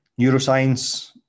neuroscience